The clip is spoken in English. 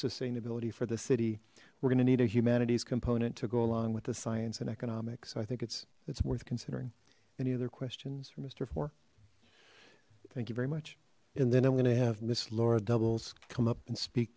sustainability for the city we're gonna need a humanities component to go along with the science and economic so i think it's it's worth considering any other questions for mister for thank you very much and then i'm gonna have miss laura doubles come up and speak